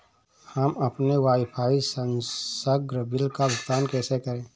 हम अपने वाईफाई संसर्ग बिल का भुगतान कैसे करें?